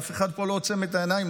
אף אחד פה לא עוצם את העיניים,